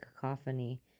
cacophony